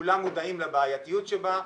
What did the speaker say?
כולם מודעים לבעייתיות שבה.